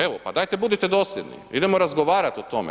Evo, pa dajte budite dosljedni, idemo razgovarati o tome.